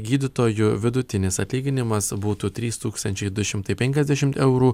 gydytojų vidutinis atlyginimas būtų trys tūkstančiai du šimtai penkiasdešimt eurų